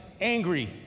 angry